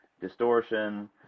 distortion